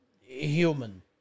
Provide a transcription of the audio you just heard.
human